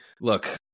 look